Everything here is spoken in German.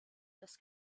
das